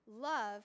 love